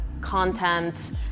content